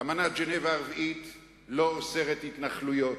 אמנת ז'נבה הרביעית לא אוסרת התנחלויות.